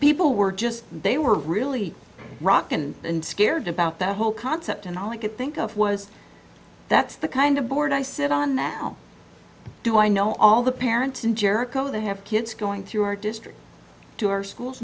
people were just they were really rockin and scared about the whole concept and all i could think of was that's the kind of board i sit on now do i know all the parents in jericho they have kids going through our district to our schools